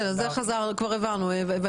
את זה כבר הבנו.